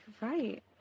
right